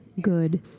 good